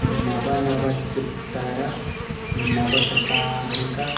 नवनवत्युत्तरनवशताधिकं